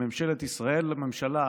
לממשלת ישראל, לממשלה,